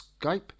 Skype